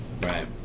Right